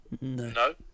No